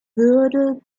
würde